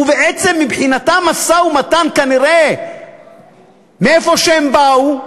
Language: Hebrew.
ובעצם מבחינתם משא-ומתן, כנראה מאיפה שהם באו,